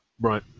Right